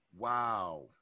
wow